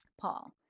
Paul